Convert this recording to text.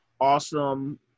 awesome